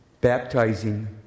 baptizing